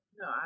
No